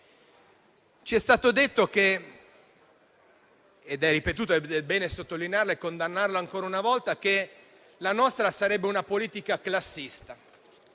Ci è stato detto, ed è bene sottolinearlo e condannarlo ancora una volta, che la nostra sarebbe una politica classista.